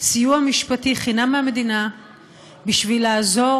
סיוע משפטי חינם מהמדינה בשביל לעזור